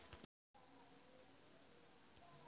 बजारक प्रभाव तरल मुद्रा पर निर्भर होइत अछि